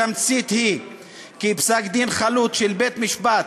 בתמצית, היא כי פסק-דין חלוט של בית-משפט